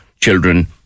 children